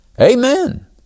Amen